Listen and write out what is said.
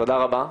תודה רבה,